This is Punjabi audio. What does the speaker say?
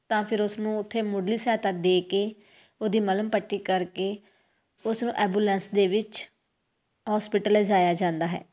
ਤਾਂ ਫਿਰ ਉਸਨੂੰ ਉੱਥੇ ਮੁੱਢਲੀ ਸਹਾਇਤਾ ਦੇ ਕੇ ਉਹਦੀ ਮੱਲ੍ਹਮ ਪੱਟੀ ਕਰਕੇ ਉਸਨੂੰ ਐਬੂਲੈਂਸ ਦੇ ਵਿੱਚ ਹੋਸਪਿਟਲ ਲਿਜਾਇਆ ਜਾਂਦਾ ਹੈ